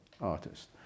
artist